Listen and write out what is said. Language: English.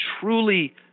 truly